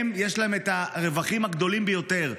יש להן את הרווחים הגדולים ביותר.